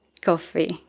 Coffee